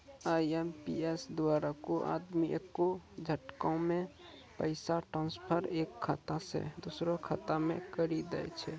IMPS द्वारा कोय आदमी एक्के झटकामे पैसा ट्रांसफर एक खाता से दुसरो खाता मे करी दै छै